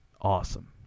awesome